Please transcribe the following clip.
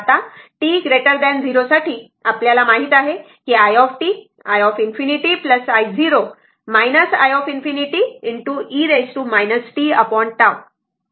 आता t 0 साठी आपल्याला माहित आहे की i t i ∞ i0 i ∞ e tT